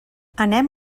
anem